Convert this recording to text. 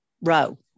row